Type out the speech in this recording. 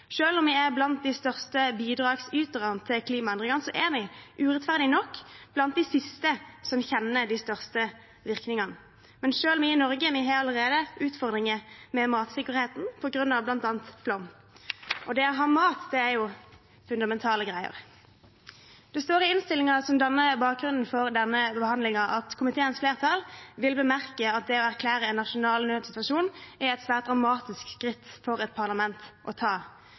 om vi er blant de største bidragsyterne til klimaendringene, er vi – urettferdig nok – blant de siste som kjenner de største virkningene. Men selv vi i Norge har allerede utfordringer med matsikkerheten på grunn av bl.a. flom. Det å ha mat er jo fundamentale greier. Det står i innstillingen som danner bakgrunnen for denne behandlingen, at komiteens flertall vil bemerke at det å erklære en nasjonal nødssituasjon er et svært dramatisk skritt for et parlament å ta.